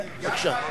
זה נכון.